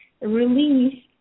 release